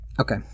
Okay